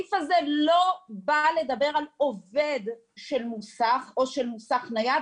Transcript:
הסעיף הזה לא בא לדבר על עובד של מוסך או של מוסך נייד,